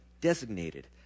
designated